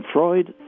Freud